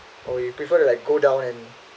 oh you prefer to like go down and